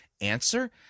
Answer